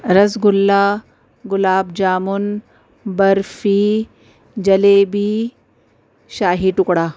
رسگلا گلاب جامن برفی جلیبی شاہی ٹکڑا